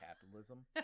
capitalism